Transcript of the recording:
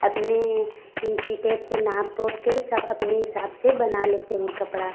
अपने इंची टेप से नाप ओप के सब अपने हिसाब से बना लेते हैं कपड़ा